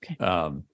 Okay